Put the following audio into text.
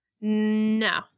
No